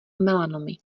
melanomy